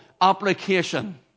application